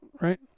right